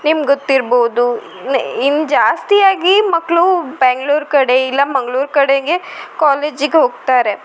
ನಿಮ್ಗೆ ಗೊತ್ತಿರ್ಬೋದು ಇನ್ನು ಜಾಸ್ತಿಯಾಗಿ ಮಕ್ಕಳು ಬೆಂಗ್ಳೂರು ಕಡೆ ಇಲ್ಲ ಮಂಗ್ಳೂರು ಕಡೆಗೆ ಕಾಲೇಜಿಗೆ ಹೋಗ್ತಾರೆ